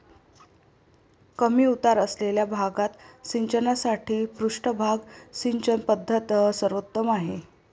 कमी उतार असलेल्या भागात सिंचनासाठी पृष्ठभाग सिंचन पद्धत सर्वोत्तम आहे